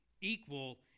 equal